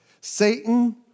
Satan